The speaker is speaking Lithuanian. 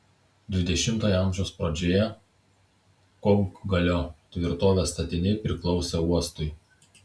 dvidešimtojo amžiaus pradžioje kopgalio tvirtovės statiniai priklausė uostui